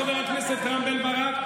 חבר הכנסת רם בן ברק,